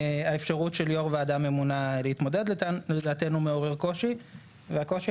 האפשרות של יו"ר ועדה ממונה להתמודד לדעתנו מעורר קושי והקושי